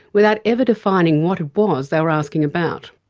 without ever defining what it was they were asking about.